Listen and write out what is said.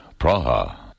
Praha